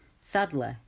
Sadly